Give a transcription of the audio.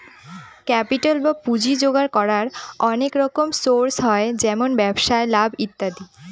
capital বা পুঁজি জোগাড় করার অনেক রকম সোর্স হয় যেমন ব্যবসায় লাভ ইত্যাদি